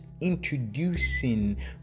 introducing